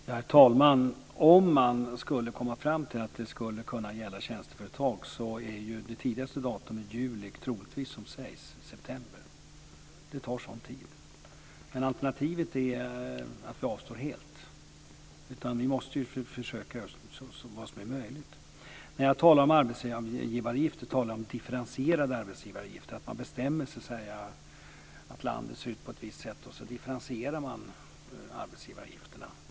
Herr talman! Om man skulle komma fram till att det skulle kunna gälla tjänsteföretag är det tidigaste datum i juli; troligtvis är det, som sägs, i september. Det tar sådan tid. Alternativet är att vi avstår helt. Vi måste ju försöka med det som är möjligt. När jag talar om arbetsgivaravgifter talar jag om differentierade arbetsgivaravgifter. Man bestämmer att landet ser ut på ett visst sätt och så differentierar man arbetsgivaravgifterna.